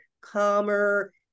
calmer